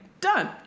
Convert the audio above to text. done